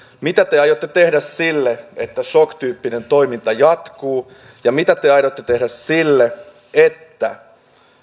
mitä te aiotte tehdä sille että shok tyyppinen toiminta jatkuisi ja mitä te aiotte tehdä sille että